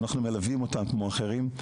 ואנחנו מלווים אותן כמו אחרים,